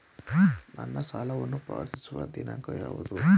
ನನ್ನ ಸಾಲವನ್ನು ಪಾವತಿಸುವ ದಿನಾಂಕ ಯಾವುದು?